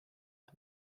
aeg